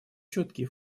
четкие